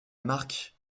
marque